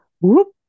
Whoop